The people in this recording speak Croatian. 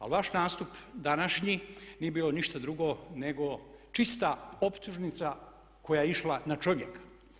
Ali vaš nastup današnji nije bio ništa drugo nego čista optužnica koja je išla na čovjeka.